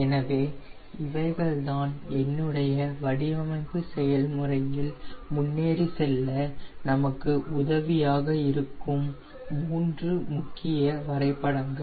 எனவே இவைகள் தான் என்னுடைய வடிவமைப்பு செயல்முறையில் முன்னேறி செல்ல நமக்கு உதவியாக இருக்கும் மூன்று முக்கிய வரைபடங்கள்